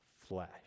flesh